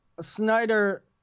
Snyder